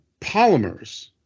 polymers